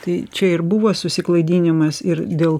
tai čia ir buvo susiklaidinimas ir dėl